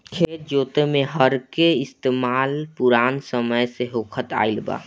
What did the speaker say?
खेत जोते में हर के इस्तेमाल पुरान समय से होखत आइल बा